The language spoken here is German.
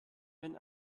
wenn